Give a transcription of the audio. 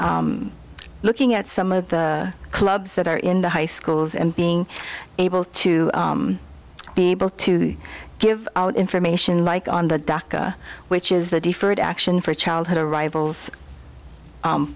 looking at some of the clubs that are in the high schools and being able to be able to give out information like on the dhaka which is the deferred action for childhood arrivals